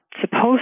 supposed